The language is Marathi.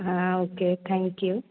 हां ओके थँक्यू